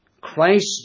Christ